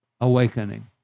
awakening